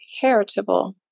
heritable